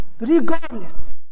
regardless